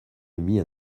émis